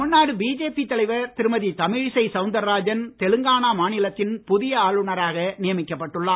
Tamil Nadu BJP தலைவர் திருமதி தமிழிசை சவுந்தரராஜன் தெலுங்கானா மாநிலத்தின் புதிய ஆளுநராக நியமிக்கப்பட்டு உள்ளார்